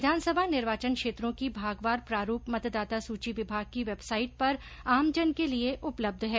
विधानसभा निर्वाचन क्षेत्रों की भागवार प्रारूप मतदाता सूची विभाग की वेबसाइट पर आमजन के लिए उपलब्ध है